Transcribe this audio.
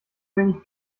wenig